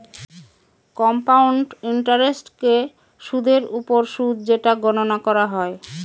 compound ইন্টারেস্টকে সুদের ওপর সুদ যেটা গণনা করা হয়